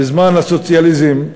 בזמן הסוציאליזם,